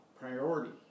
priority